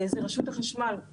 היא רשות החשמל.